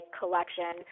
collection